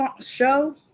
show